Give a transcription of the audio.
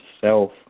self